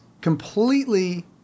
completely